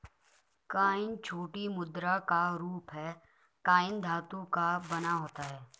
coin छोटी मुद्रा का रूप है कॉइन धातु का बना होता है